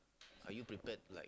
are you prepared like